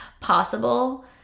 possible